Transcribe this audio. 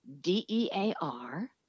D-E-A-R